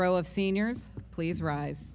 row of seniors please rise